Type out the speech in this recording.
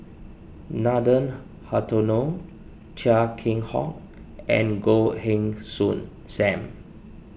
Nathan Hartono Chia Keng Hock and Goh Heng Soon Sam